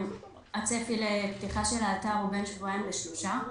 הצפי לפתיחה של האתר הוא בין שבועיים לשלושה.